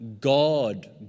God